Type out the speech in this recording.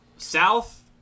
South